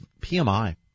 PMI